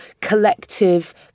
collective